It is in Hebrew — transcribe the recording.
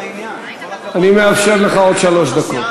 אני מאפשר לך עוד שלוש דקות.